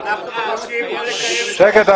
אז אנחנו מבקשים- -- שקט,